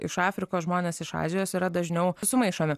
iš afrikos žmonės iš azijos yra dažniau sumaišomi